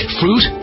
fruit